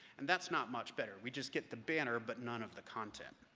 and that's not much better, we just get the banner but none of the content.